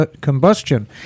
combustion